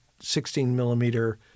16-millimeter